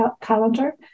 Calendar